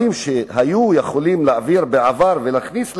שבעבר היו יכולים להעביר ולהכניס להם,